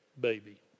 Baby